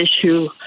issue